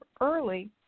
early